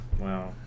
Wow